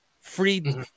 free